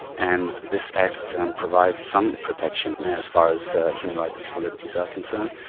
and this act provides some protection as far as human rights and civil liberties are concerned.